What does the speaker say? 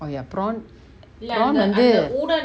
oh ya prawn prawn வந்து:vanthu